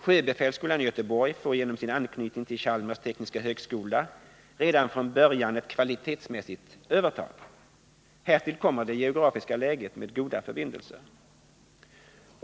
Sjöbefälsskolan i Göteborg får genom sin anknytning till Chalmers tekniska högskola redan från början ett kvalitetsmässigt övertag. Härtill kommer det geografiska läget med goda förbindelser.